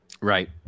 Right